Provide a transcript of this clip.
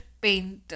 painter